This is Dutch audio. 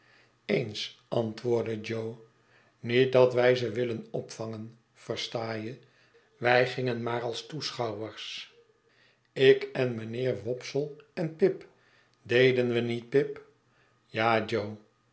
eens antwoordde jo niet datwijzewilden opvangen versta je wij gingen maar als toekijkers ik en mynheer wopsle en pip deden we niet pip ja jo